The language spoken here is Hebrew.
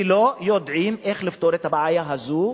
ולא יודעים איך לפתור את הבעיה הזאת,